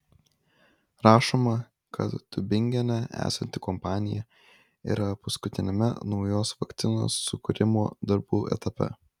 rašoma kad tiubingene esanti kompanija yra paskutiniame naujos vakcinos sukūrimo darbų etape